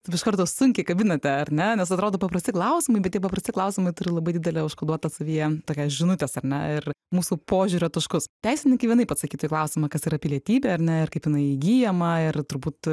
taip iš karto sunkiai kabinate ar ne nes atrodo paprasti klausimai bet tie paprasti klausimai turi labai didelę užkoduotą savyje tokias žinutes ar ne ir mūsų požiūrio taškus teisininkai vienaip atsakytų į klausimą kas yra pilietybė ar ne kaip jinai įgyjama ir turbūt